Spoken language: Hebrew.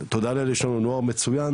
ותודה לאל יש לנו נוער מצוין,